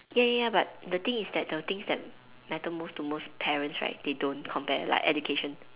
ya ya ya but the thing is that the things that matter most to most parents right they don't compare like education